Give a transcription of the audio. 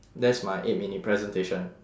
that's my eight minute presentation